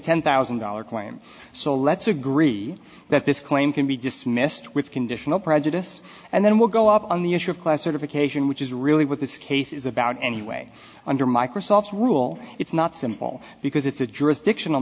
ten thousand dollars claim so let's agree that this claim can be dismissed with conditional prejudice and then will go up on the issue of class certification which is really what this case is about anyway under microsoft's rule it's not simple because it's a jurisdiction